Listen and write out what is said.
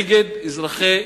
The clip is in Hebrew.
נגד אזרחי ישראל.